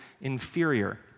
inferior